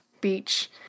beach